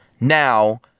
now